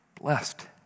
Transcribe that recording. Blessed